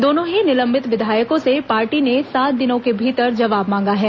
दोनों ही निलंबित विधायकों से पार्टी ने सात दिनों के भीतर जवाब मांगा है